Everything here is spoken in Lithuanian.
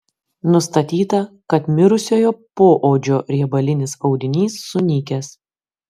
nustatyta kad mirusiojo poodžio riebalinis audinys sunykęs